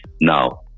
Now